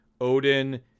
Odin